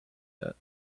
yet